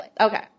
Okay